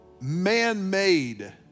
man-made